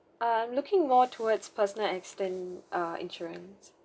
I'm looking more towards personal accident uh insurance